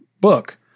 book